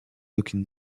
aucune